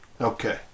Okay